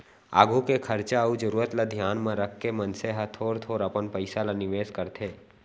आघु के खरचा अउ जरूरत ल धियान म रखके मनसे ह थोर थोर अपन पइसा ल निवेस करथे